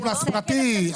אמבולנס פרטי,